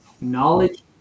Knowledge